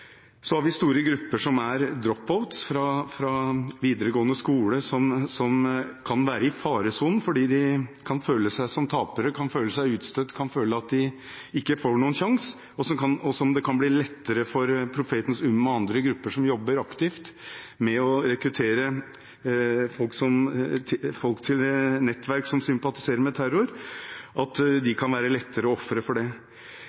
har store grupper som er «dropouts» fra videregående skole som kan være i faresonen fordi de kan føle seg som tapere, kan føle seg utstøtt, kan føle at de ikke får noen sjanse, og som kan være lettere ofre for Profetens Ummah og andre grupper som jobber aktivt med å rekruttere folk til nettverk som sympatiserer med terror. Vi har også sett i Dagbladet i dag at det kan være noen blant flyktninger og asylsøkere som kan skjule seg under den statusen. Jeg mener det